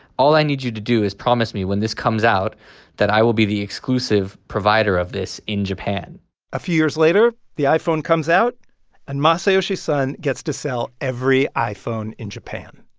all i need you to do is promise me when this comes out that i will be the exclusive provider of this in japan a few years later, the iphone comes out and masayoshi son gets to sell every iphone in japan.